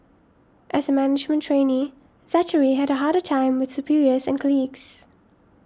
as a management trainee Zachary had a harder time with superiors and colleagues